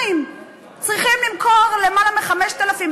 צריכים למכור למעלה מ-5,000,